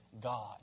God